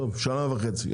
טוב, שנה וחצי.